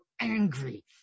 angry